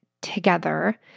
together